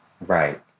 Right